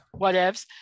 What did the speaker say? whatevs